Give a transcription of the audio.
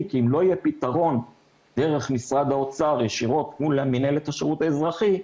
כי אם לא יהיה פתרון דרך משרד האוצר ישירות מול מינהלת השירות האזרחי,